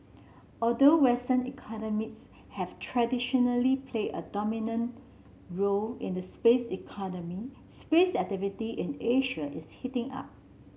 although western economies have traditionally played a dominant role in the space economy space activity in Asia is heating up